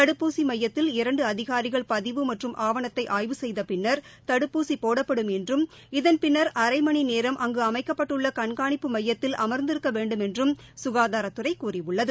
தடுப்பூசி மையத்தில் இரண்டு அதிகாரிகள் பதிவு மற்றும் ஆவணத்தை ஆய்வு செய்த பின்னா் தடுப்பூசி போடப்படும் என்றும் இதன் பின்னா் அரை மணி நேரம் அங்கு அமைக்கப்பட்டுள்ள கண்காணிப்பு மையத்தில் அம்ந்திருக்க வேண்டுமென்றும் சுகாதாரத்துறை கூறியுள்ளது